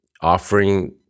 offering